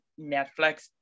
Netflix